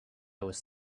was